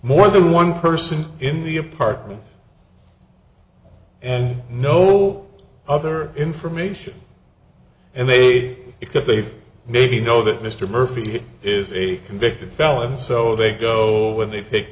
more than one person in the apartment and no other information and they except they maybe know that mr murphy is a convicted felon so they go when they pick